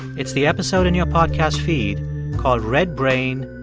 it's the episode in your podcast feed called red brain,